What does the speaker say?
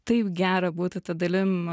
taip gera būti ta dalim